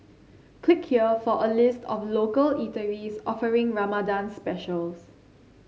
click here for a list of local eateries offering Ramadan specials